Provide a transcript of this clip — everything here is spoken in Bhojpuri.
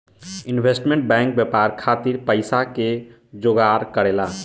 इन्वेस्टमेंट बैंक व्यापार खातिर पइसा के जोगार करेला